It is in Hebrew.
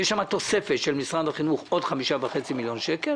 תוספת של משרד החינוך של 5 מיליון שקלים